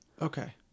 Okay